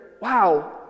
wow